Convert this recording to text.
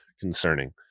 concerning